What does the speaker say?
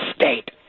state